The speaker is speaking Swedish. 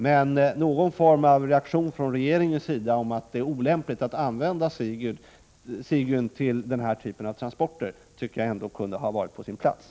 Men någon form av reaktion från regeringens sida om att det är olämpligt att använda Sigyn för denna typ av transporter tycker jag ändå hade varit på sin plats.